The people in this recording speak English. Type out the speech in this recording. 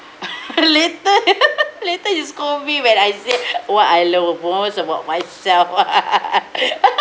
later later you scold me when I say what I love the most about myself